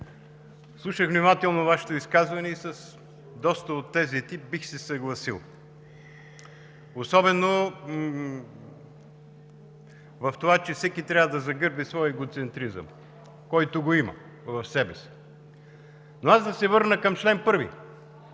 слушах внимателно Вашето изказване и с доста от тезите бих се съгласил, особено в това, че всеки трябва да загърби своя егоцентризъм, който има в себе си. Но да се върна към чл.